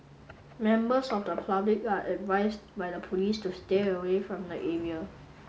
members of the public are advised by the police to stay away from the area